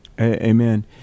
amen